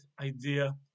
idea